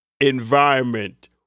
environment